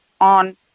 on